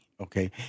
Okay